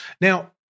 Now